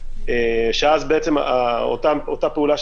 שאז אותה פעולה,